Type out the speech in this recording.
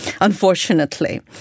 unfortunately